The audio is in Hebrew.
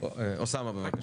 אוסאמה בבקשה.